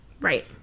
Right